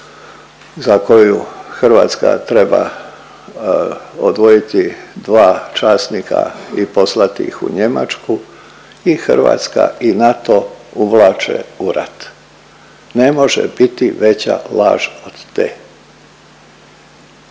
za koju Hrvatska treba odvojiti dva časnika i poslati ih u Njemačku i Hrvatska i NATO uvlače u rat. Ne može biti veća laž od te.